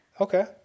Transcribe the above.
Okay